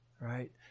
right